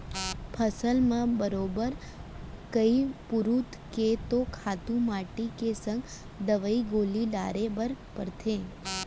फसल म बरोबर कइ पुरूत के तो खातू माटी के संग दवई गोली डारे बर परथे